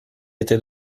était